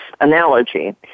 analogy